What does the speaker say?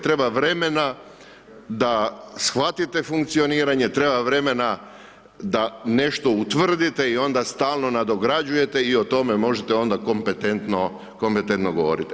Treba vremena da shvatite funkcioniranje, treba vremena da nešto utvrdite i onda stalno nadograđujete i o tome možete onda kompetentno govoriti.